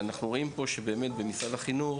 אנחנו רואים פה שבמשרד החינוך